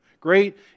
Great